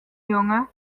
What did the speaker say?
jonge